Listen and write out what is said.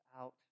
out